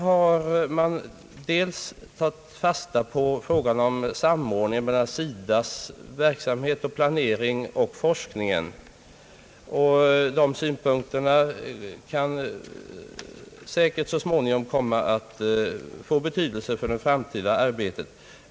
Man har där tagit fasta på frågan om samordningen mellan SIDA:s verksamhet och planering och forskningen, och dessa synpunkter kan säkert så småningom komma att få betydelse för det framtida arbetet.